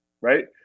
right